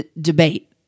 debate